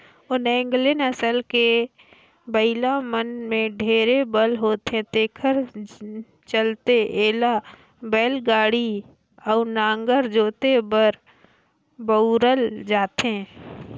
ओन्गेले नसल के बइला मन में ढेरे बल होथे तेखर चलते एला बइलागाड़ी अउ नांगर जोते बर बउरल जाथे